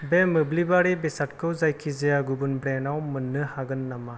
बे मोब्लिबारि बेसादखौ जायखिजाया गुबुन ब्रेन्डाव मोन्नो हागोन नामा